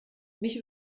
mich